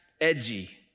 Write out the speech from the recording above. edgy